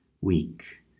week